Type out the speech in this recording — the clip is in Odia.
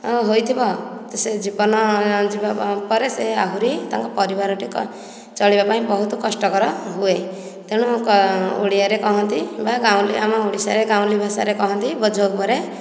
ଓ ହୋଇଥିବ ସେ ଜୀବନ ଯିବାପରେ ସେ ଆହୁରି ତାଙ୍କ ପରିବାରଟି ଚଳିବା ପାଇଁ ବହୁତ କଷ୍ଟକର ହୁଏ ତେଣୁ ଓଡ଼ିଆରେ କୁହନ୍ତି ବା ଗାଉଁଲି ଆମ ଓଡ଼ିଶାରେ ଗାଉଁଲି ଭାଷାରେ କୁହନ୍ତି ବୋଝ ଉପରେ